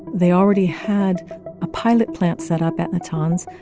they already had a pilot plant set up at natanz.